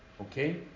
Okay